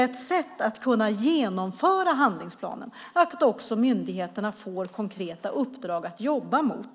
Ett sätt att kunna genomföra handlingsplanen är att också myndigheterna får konkreta uppdrag att jobba mot.